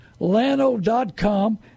lano.com